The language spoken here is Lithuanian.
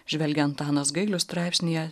žvelgia antanas gailius straipsnyje